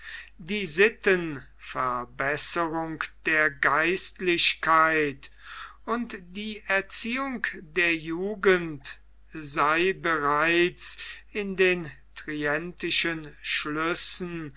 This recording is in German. die sittenverbesserung der geistlichkeit und die erziehung der jugend sei bereits in den trientischen schlüssen